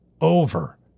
over